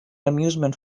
amusement